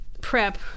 prep